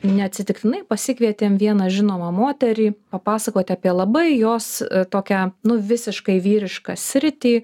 neatsitiktinai pasikvietėm vieną žinomą moterį papasakoti apie labai jos tokią nu visiškai vyrišką sritį